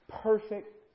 perfect